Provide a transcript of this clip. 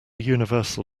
universal